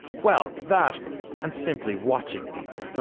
well, that and simply watching people.